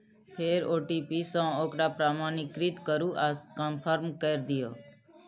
फेर ओ.टी.पी सं ओकरा प्रमाणीकृत करू आ कंफर्म कैर दियौ